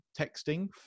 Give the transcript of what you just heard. texting